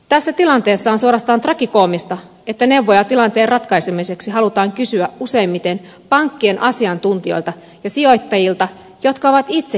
tässä tilanteessa on suorastaan tragikoomista että neuvoja tilanteen ratkaisemiseksi halutaan kysyä useimmiten pankkien asiantuntijoilta ja sijoittajilta jotka ovat itse kriisin aiheuttaneet